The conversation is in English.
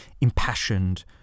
impassioned